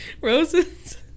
roses